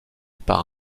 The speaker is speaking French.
par